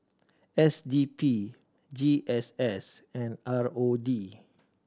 S D P G S S and R O D